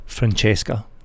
Francesca